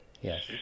Yes